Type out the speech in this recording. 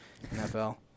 NFL